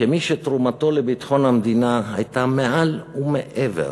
כמי שתרומתו למדינה הייתה מעל ומעבר.